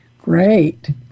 Great